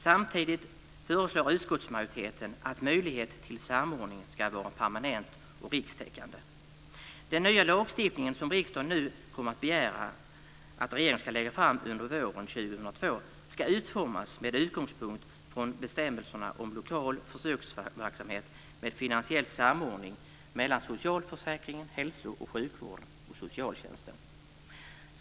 Samtidigt föreslår utskottsmajoriteten att möjligheten till samordning ska vara permanent och rikstäckande. Den nya lagstiftningen, som riksdagen nu kommer att begära att regeringen ska lägga fram under våren 2002, ska utformas med utgångspunkt i bestämmelserna om lokal försöksverksamhet med finansiell samordning mellan socialförsäkringen, hälso och sjukvården och socialtjänsten.